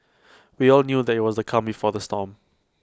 we all knew that IT was the calm before the storm